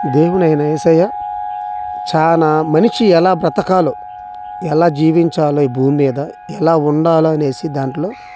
యేసయ్య చాలా మనిషి ఎలా బ్రతకాలో ఎలా జీవించాలో ఈ భూమిమీద ఎలా ఉండాలనేసి దాంట్లో